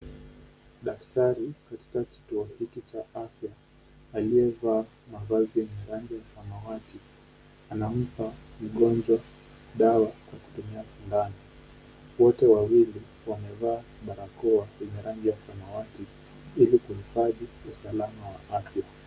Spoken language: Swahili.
Daktari katika kituo hiki cha afya aliyevaa mavazi ya rangi ya samawati anampa mgonjwa dawa kutumia sindano. Wote wawili wamevaa barakoa yenye rangi ya samawati ilikuhifadhi usalama wa afya.